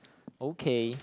okay